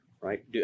right